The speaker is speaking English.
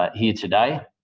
but here today.